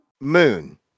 Moon